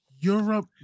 Europe